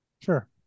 Sure